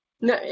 No